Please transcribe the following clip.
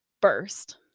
burst